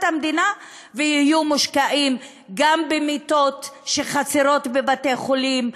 המדינה ולהיות מושקעים גם במיטות שחסרות בבתי-חולים,